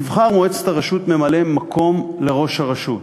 תבחר מועצת הרשות ממלא-מקום לראש הרשות.